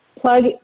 Plug